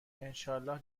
انشاالله